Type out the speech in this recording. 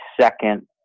second